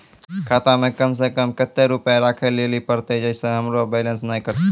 खाता मे कम सें कम कत्ते रुपैया राखै लेली परतै, छै सें हमरो बैलेंस नैन कतो?